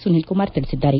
ಸುನೀಲ್ ಕುಮಾರ್ ತಿಳಿಸಿದ್ದಾರೆ